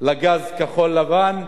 לגז כחול-לבן,